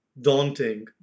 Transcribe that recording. daunting